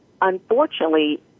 unfortunately